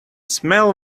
smell